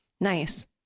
Nice